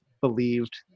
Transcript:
believed